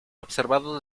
observado